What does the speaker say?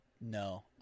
No